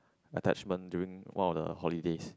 attachment during one of the holidays